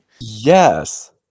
yes